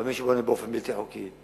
אבל מי שבונה באופן בלתי חוקי,